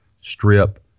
strip